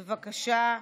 בבקשה.